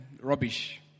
rubbish